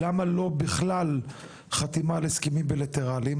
למה לא בכלל בחתימה על הסכמים בילטרליים?